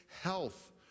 health